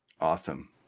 Awesome